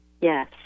Yes